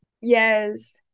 yes